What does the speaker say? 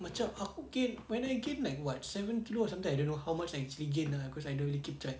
macam aku gain when I gain like what seven through sometimes I don't know how much I actually gain lah cause I don't really keep track